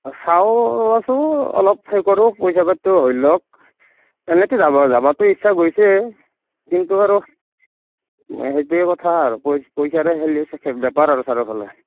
চাওঁ ৰহচো অলপ হেই কৰোঁ পইছা পাতিও হৈ লওঁক এনেতো যাব যাবতো ইচ্ছা গৈছেই কিন্তু আৰু সেইটোৱে কথা আৰু পই পইছাৰে হেলি বেপাৰ আৰু চাৰিওফালে